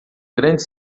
grande